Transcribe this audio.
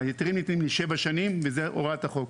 ההיתרים ניתנים לשבע שנים וזה הוראת החוק,